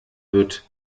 wird